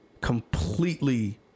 completely